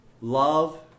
love